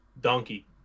Donkey